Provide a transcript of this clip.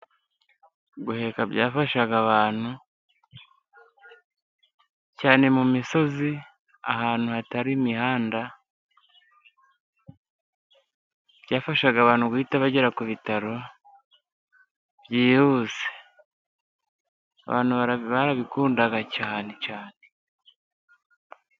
Guheka byafashaga abantu, cyane mu misozi ahantu hatari imihanda, byafashaga abantu guhita bagera ku bitaro byihuse. Abantu barabikundaga cyane.